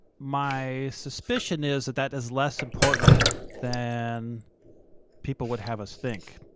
my suspicion is that that is less important than people would have us think,